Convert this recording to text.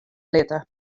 litte